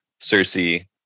Cersei